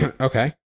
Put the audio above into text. Okay